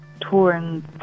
touring